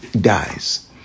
dies